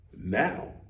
now